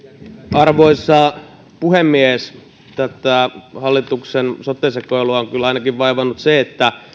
arvoisa puhemies tätä hallituksen sote sekoilua on kyllä vaivannut ainakin se että